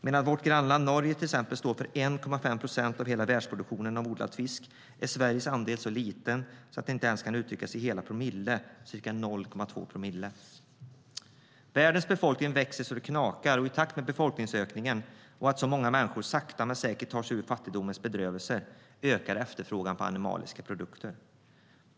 Medan vårt grannland Norge står för 1,5 procent av hela världsproduktionen av odlad fisk är Sveriges andel så liten att den inte ens kan uttryckas i hela promille. Den är ca 0,2 promille. Världens befolkning växer så det knakar, och i takt med befolkningsökningen och att så många människor sakta men säkert tar sig ur fattigdomens bedrövelser ökar efterfrågan på animaliska produkter.